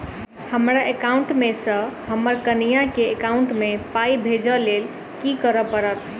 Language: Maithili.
हमरा एकाउंट मे सऽ हम्मर कनिया केँ एकाउंट मै पाई भेजइ लेल की करऽ पड़त?